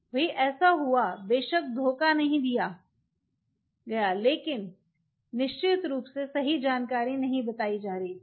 भी ऐसा हुआ बेशक धोखा नहीं दिया गया लेकिन निश्चित रूप से सही जानकारी नहीं बतायी जा रही थी